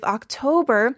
October